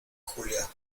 julia